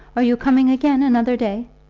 are you coming again another day?